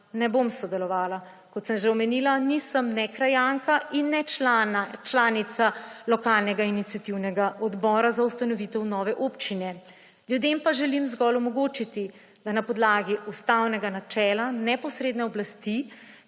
ne bom sodelovala. Kot sem že omenila, nisem ne krajanka in ne članica lokalnega iniciativnega odbora za ustanovitev nove občine, ljudem pa želim zgolj omogočiti, da na podlagi ustavnega načela neposredne oblasti,